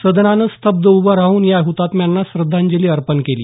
सदनानं स्तब्ध उभं राहून या हुतात्म्यांना श्रद्धांजली अर्पण केली